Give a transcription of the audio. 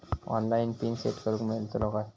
Online PIN set करूक मेलतलो काय?